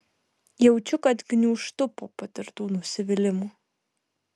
jaučiu kad gniūžtu po patirtų nusivylimų